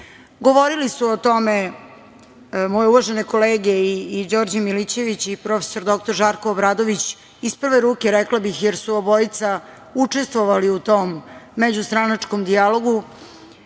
Govorili su o tome moje uvažene kolege i Đorđe Milićević i profesor dr Žarko Obradović, iz prve ruke rekla bih, jer su obojica učestvovali u tom međustranačkom dijalogu